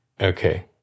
Okay